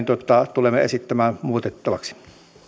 tulemme esittämään muutettaviksi